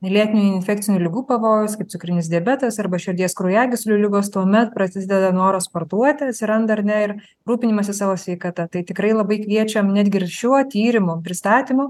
lėtinių infekcinių ligų pavojaus kaip cukrinis diabetas arba širdies kraujagyslių ligos tuomet prasideda noras sportuoti atsiranda ir rūpinimasis savo sveikata tai tikrai labai kviečiam netgi ir šiuo tyrimo pristatymu